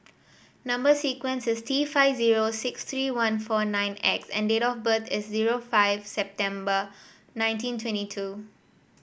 number sequence is T five zero six three one four nine X and date of birth is zero five September nineteen twenty two